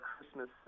Christmas